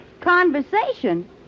Conversation